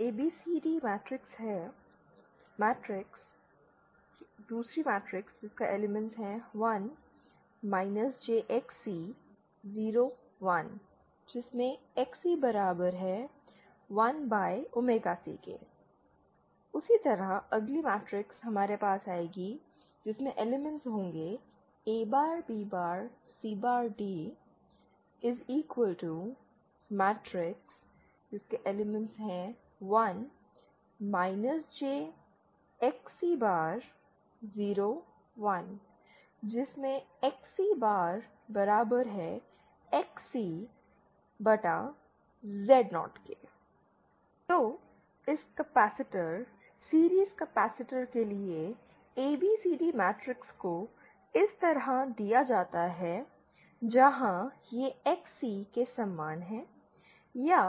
A B C D 1 jXc 0 1 Xc 1c A B C D 1 jXc 0 1 Xc XcZ0 तो इस capacitor series capacitor के लिए ABCD matrix को इस तरह दिया जाता है जहाँ यह XC के समान है या